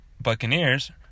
Buccaneers